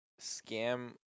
scam